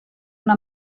una